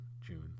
June